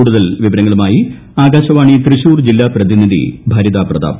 കൂടുതൽ വിവരങ്ങളുമായി ആകാശവാണി തൃശൂർ ജില്ലാ പ്രതിനിധി ഭരിതാ പ്രതാപ്